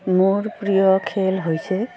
মোৰ প্ৰিয় খেল হৈছে